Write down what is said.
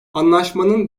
anlaşmanın